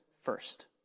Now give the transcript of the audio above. first